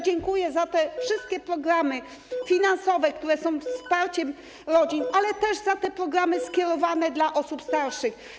Dziękuję za te wszystkie programy finansowe, które są wsparciem rodzin, ale też za te programy skierowane do osób starszych.